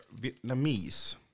Vietnamese